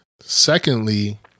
Secondly